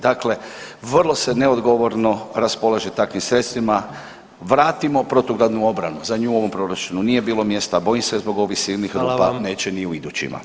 Dakle, vrlo se neodgovorno raspolaže takvim sredstvima, vratimo protugradnu obranu za nju u ovom proračunu nije bilo mjesta, a bojim se zbog ovih silnih rupa neće ni u idućima.